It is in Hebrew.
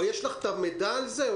יש לך את המידע על זה?